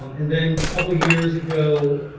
um and then a couple years ago,